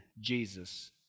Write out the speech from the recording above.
Jesus